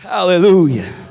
Hallelujah